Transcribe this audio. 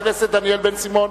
2997,